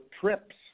trips